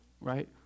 right